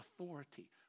authority